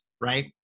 right